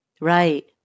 Right